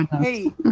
hey